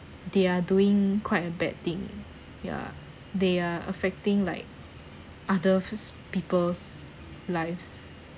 they are doing quite a bad thing yeah they are affecting like others people's lives